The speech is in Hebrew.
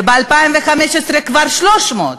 וב-2015 כבר 300,